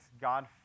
God